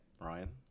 Ryan